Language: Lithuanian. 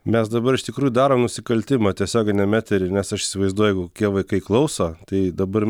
mes dabar iš tikrųjų darom nusikaltimą tiesioginiame etery nes aš įsivaizduoju jeigu kokie vaikai klauso tai dabar